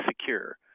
secure